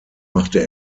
machte